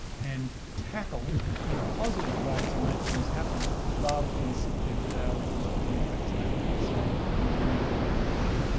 and tackle in a positive way to make things happen rather than sit there with our regular dream fact statement and say no new regulation.